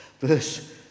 Verse